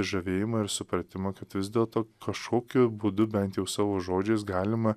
žavėjimą ir supratimą kad vis dėlto kašokiu būdu bent jau savo žodžiais galima